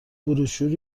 بروشور